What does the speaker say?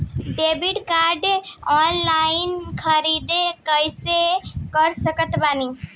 Debit card से online ख़रीदारी कैसे कर सकत बानी?